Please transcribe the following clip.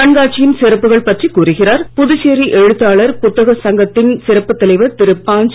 கண்காட்சியின் சிறப்புகள் பற்றி கூறுகிறார் புதுச்சேரி எழுத்தாளர் புத்தக சங்கத்தின் சிறப்பு தலைவர் திரு பாஞ்